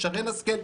שרן השכל,